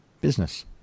business